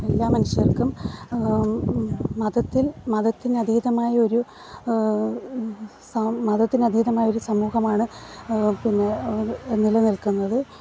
എല്ലാ മനുഷ്യർക്കും മതത്തിൽ മതത്തിന് ആ അതീതമായ ഒരു മതത്തിന് അതീതമായ ഒരു സമൂഹമാണ് പിന്നെ നിലനിൽക്കുന്നത്